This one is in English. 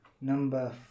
number